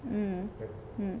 mm mm